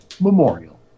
MEMORIAL